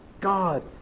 God